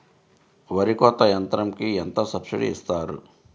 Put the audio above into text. వరి కోత యంత్రంకి ఎంత సబ్సిడీ ఇస్తారు?